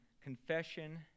confession